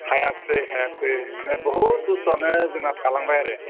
हायाखसै हायाखसै मानि बहुद बुस्थुआनो जोंना थालांबाय आरो